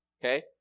Okay